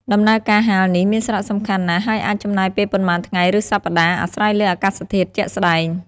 ដំណើរការហាលនេះមានសារៈសំខាន់ណាស់ ហើយអាចចំណាយពេលប៉ុន្មានថ្ងៃឬសប្តាហ៍ អាស្រ័យលើអាកាសធាតុជាក់ស្តែង។